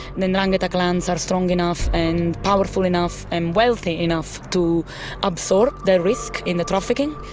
the ndrangheta clans are strong enough and powerful enough and wealthy enough to absorb the risk in the trafficking,